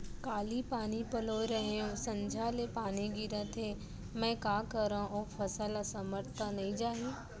काली पानी पलोय रहेंव, संझा ले पानी गिरत हे, मैं का करंव अऊ फसल असमर्थ त नई जाही?